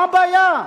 מה הבעיה,